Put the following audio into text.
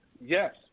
Yes